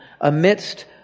amidst